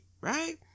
right